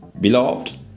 Beloved